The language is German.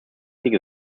diese